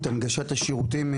הנגשת השירותים,